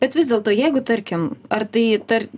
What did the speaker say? bet vis dėlto jeigu tarkim ar tai tar